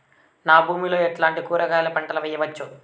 నా భూమి లో ఎట్లాంటి కూరగాయల పంటలు వేయవచ్చు?